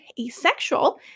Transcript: Asexual